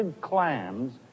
clams